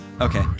Okay